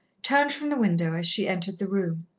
turned from the window as she entered the room.